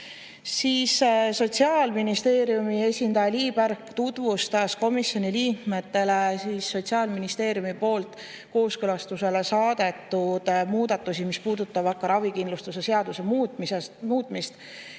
Sotsiaalministeeriumi esindaja Lii Pärg tutvustas komisjoni liikmetele Sotsiaalministeeriumist kooskõlastusele saadetud muudatusi, mis puudutavad ka ravikindlustuse seaduse muutmist ja